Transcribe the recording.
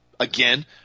Again